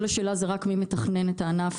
כל השאלה זה רק מי שמתכנן את הענף,